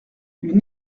une